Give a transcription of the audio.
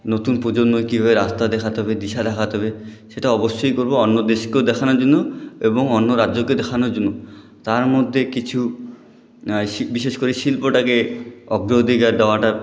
নতুন প্রজন্মকে কীভাবে রাস্তা দেখাতে হবে দিশা দেখাতে হবে সেটা অবশ্যই করব অন্য দেশকেও দেখানোর জন্য এবং অন্য রাজ্যকে দেখানোর জন্য তার মধ্যে কিছু বিশেষ করে শিল্পটাকে অগ্রাধিকার দেওয়াটা